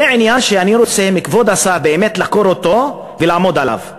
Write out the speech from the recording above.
זה עניין שאני רוצה מכבוד השר באמת לחקור אותו ולעמוד עליו,